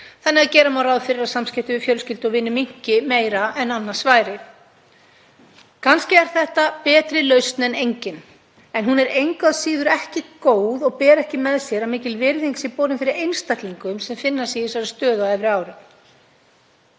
þannig að gera má ráð fyrir að samskipti við fjölskyldu og vini minnki meira en annars væri. Kannski er þetta betri lausn en engin en hún er engu að síður ekki góð og ber ekki með sér að mikil virðing sé borin fyrir einstaklingum sem finna sig í þessari stöðu á efri árum.